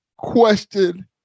Question